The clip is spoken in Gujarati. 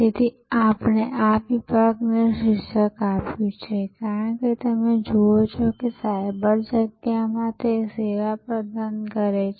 તેથી આપણે આ વિભાગને શીર્ષક આપ્યું છે કારણ કે તમે જુઓ છો સાયબર જગ્યામાં તે સેવાઓ પ્રદાન કરે છે